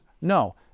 No